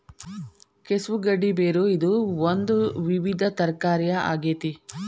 ಕೆಸವು ಗಡ್ಡಿ ಬೇರು ಇದು ಒಂದು ವಿವಿಧ ತರಕಾರಿಯ ಆಗೇತಿ